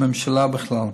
ובממשלה בכלל.